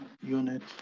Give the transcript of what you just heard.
unit